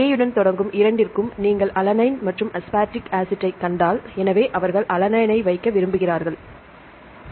உடன் தொடங்கும் இரண்டிற்கும் நீங்கள் அலனைன் மற்றும் அஸ்பார்டிக் ஆசிட்டைக் கண்டால் எனவே அவர்கள் அலனைனை வைக்க விரும்புகிறார்கள் A